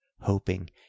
hoping